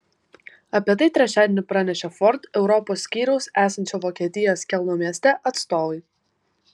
apie tai trečiadienį pranešė ford europos skyriaus esančio vokietijos kelno mieste atstovai